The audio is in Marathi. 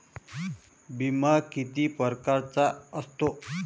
बिमा किती परकारचा असतो?